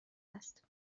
است